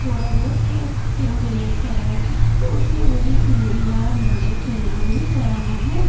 थोड़ा बहुत किया फिर हमने लेकर आए तो उसने बोली कि नहीं यार मुझे तो यहाँ नहीं कराना है